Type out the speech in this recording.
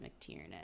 McTiernan